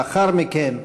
לאחר מכן,